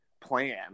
plan